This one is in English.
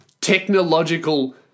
technological